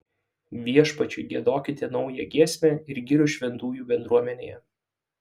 viešpačiui giedokite naują giesmę ir gyrių šventųjų bendruomenėje